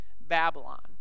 Babylon